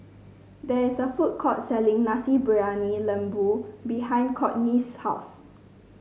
there is a food court selling Nasi Briyani Lembu behind Cortney's house